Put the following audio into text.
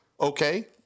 Okay